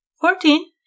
Fourteen